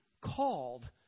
called